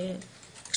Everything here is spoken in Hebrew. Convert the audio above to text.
הוא